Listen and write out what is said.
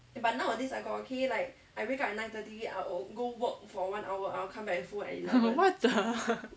what the